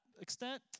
extent